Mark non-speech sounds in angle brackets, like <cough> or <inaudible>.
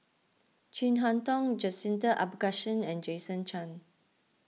Chin Harn Tong Jacintha <unintelligible> and Jason Chan